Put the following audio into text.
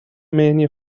mania